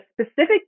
specific